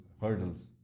hurdles